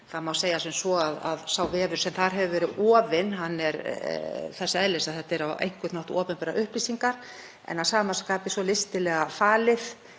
þar sem segja má sem svo að sá vefur sem þar hafi verið ofinn sé þess eðlis að þetta séu á einhvern hátt opinberar upplýsingar en að sama skapi svo listilega falið